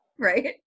Right